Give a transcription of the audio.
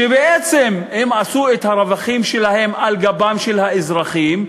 שבעצם עשו את הרווחים שלהם על גבם של האזרחים.